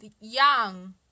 young